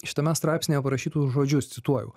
šitame straipsnyje parašytus žodžius cituoju